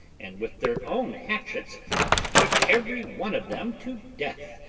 and with their own hatchets put every one of them to death.